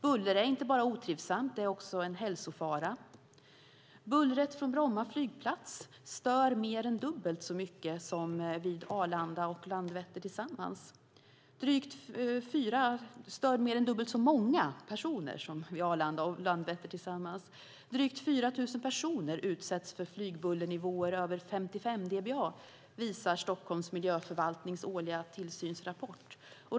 Buller är inte bara otrivsamt, det är också en hälsofara. Bullret från Bromma flygplats stör mer än dubbelt så många personer som vid Arlanda och Landvetter tillsammans. Drygt 4 000 personer utsätts för flygbullernivåer över 55 dBA, visar Stockholms miljöförvaltnings årliga tillsynsrapport.